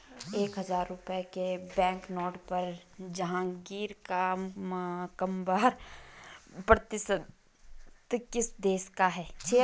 एक हजार रुपये के बैंकनोट पर जहांगीर का मकबरा प्रदर्शित किस देश का है?